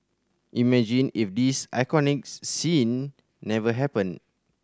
imagine if this iconic's scene never happened